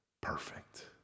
perfect